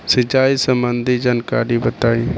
सिंचाई संबंधित जानकारी बताई?